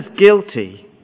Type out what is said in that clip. guilty